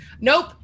nope